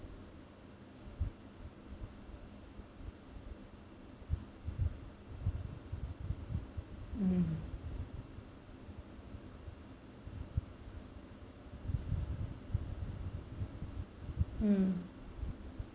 mm mm